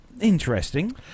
Interesting